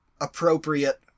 appropriate